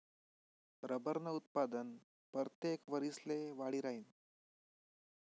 रबरनं उत्पादन परतेक वरिसले वाढी राहीनं